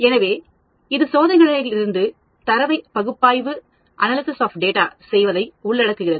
எனவே இது சோதனைகளிலிருந்து தரவை பகுப்பாய்வு செய்வதை உள்ளடக்குகிறது